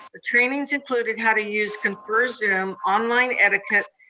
the trainings included how to use conferzoom, online etiquette,